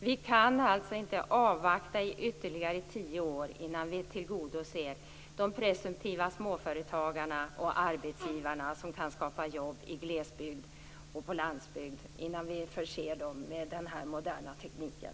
Vi kan inte avvakta i ytterligare tio år innan vi tillgodoser de presumtiva småföretagarna och arbetsgivarna som kan skapa jobb i glesbygd och på landsbygd genom att förse dem med den här moderna tekniken.